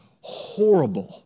horrible